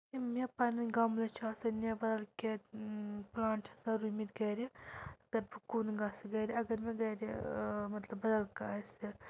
یِم مےٚ پَنٕنۍ گملہٕ چھِ آسان یہِ بدل کینٛہہ پٕلانٛٹ چھِ آسان رُومٕتۍ گَرِ اگر بہٕ کُن گژھِ گَرِ اگر مےٚ گَرِ مطلب بَدَل کانٛہہ آسہِ